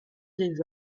des